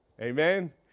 Amen